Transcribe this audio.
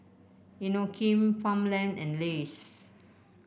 Inokim Farmland and Lays